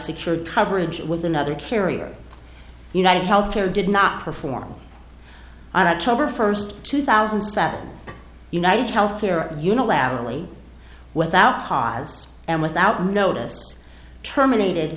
secured coverage with another carrier united health care did not perform on october first two thousand and seven united health care unilaterally without cause and without notice terminated